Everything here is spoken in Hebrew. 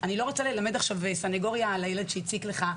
אני לא רוצה ללמד עכשיו סנגוריה על הילד שהציק לך,